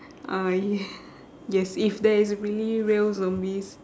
uh ya yes if there is really real zombies